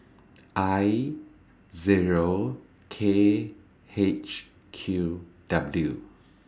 I Zero K H Q W